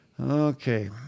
Okay